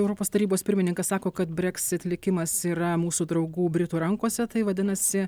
europos tarybos pirmininkas sako kad breksit likimas yra mūsų draugų britų rankose tai vadinasi